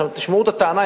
עכשיו, תשמעו את הטענה.